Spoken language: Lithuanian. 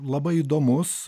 labai įdomus